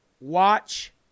watch